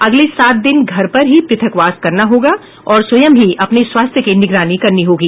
अगले सात दिन घर पर ही पृथकवास करना होगा और स्वयं ही अपने स्वास्थ्य की निगरानी करनी होगी